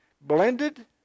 blended